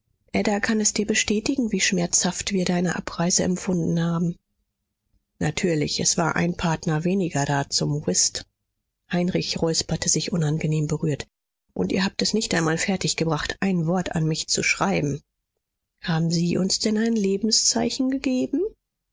ada kann es dir bestätigen wie schmerzhaft wir deine abreise empfunden haben natürlich es war ein partner weniger da zum whist heinrich räusperte sich unangenehm berührt und ihr habt es nicht einmal fertig gebracht ein wort an mich zu schreiben haben sie uns denn ein lebenszeichen gegeben